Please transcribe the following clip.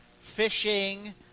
fishing